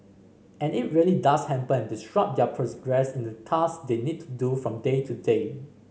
and it really does hamper and disrupt their in the task they need to do from day to day